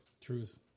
Truth